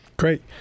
Great